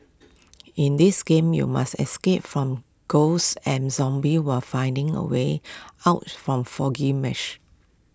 in this game you must escape from ghosts and zombies while finding A way out from foggy mash